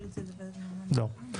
לא.